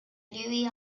louis